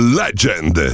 legend